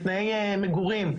תנאי מגורים,